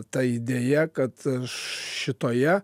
ta idėja kad šitoje